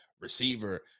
receiver